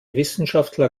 wissenschaftler